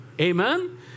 Amen